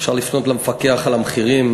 אפשר לפנות אל המפקח על המחירים